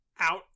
out